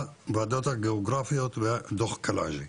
הוועדות הגיאוגרפיות ודוח קלעג'י.